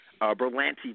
Berlanti